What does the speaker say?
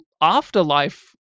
afterlife